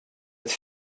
ett